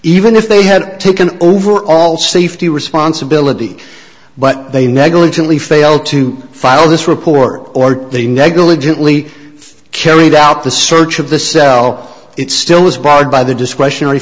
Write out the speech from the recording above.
even if they had taken over all safety responsibility but they negligently failed to file this report or they negligently carried out the search of the cell it still is barred by the discretionary